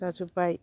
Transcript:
जाजोब्बाय